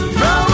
no